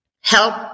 help